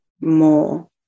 more